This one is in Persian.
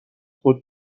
خود